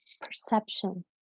Perception